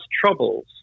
troubles